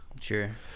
Sure